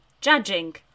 judging